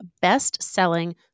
best-selling